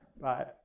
Bye